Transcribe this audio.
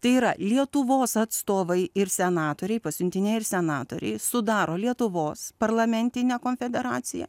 tai yra lietuvos atstovai ir senatoriai pasiuntiniai ir senatoriai sudaro lietuvos parlamentinę konfederaciją